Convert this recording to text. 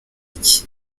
iki